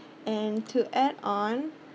and to add on